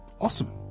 awesome